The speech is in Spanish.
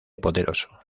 poderoso